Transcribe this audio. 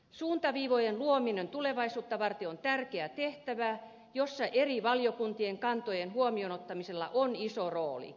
suuntaviivojen luominen tulevaisuutta varten on tärkeä tehtävä jossa eri valiokuntien kantojen huomioon ottamisella on iso rooli